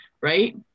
right